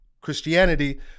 Christianity